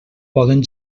poden